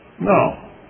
no